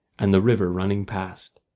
and the river running past.